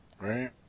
right